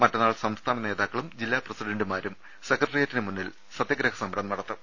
മറ്റന്നാൾ സംസ്ഥാന നേതാക്കളും ജില്ലാ പ്രസിഡന്റുമാരും സെക്ര ട്ടേറിയറ്റിന് മുന്നിൽ സത്യഗ്രഹ സമരം നടത്തും